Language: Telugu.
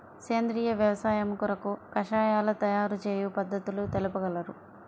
సేంద్రియ వ్యవసాయము కొరకు కషాయాల తయారు చేయు పద్ధతులు తెలుపగలరు?